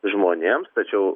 žmonėms tačiau